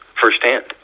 firsthand